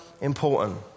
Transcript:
important